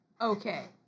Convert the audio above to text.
Okay